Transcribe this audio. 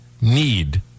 need